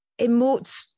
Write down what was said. emotes